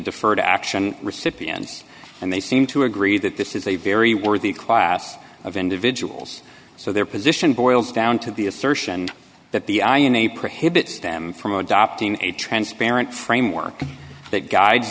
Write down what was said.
deferred action recipients and they seem to agree that this is a very worthy class of individuals so their position boils down to the assertion that the eye in a prohibited stem from adopting a transparent framework that guides